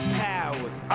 powers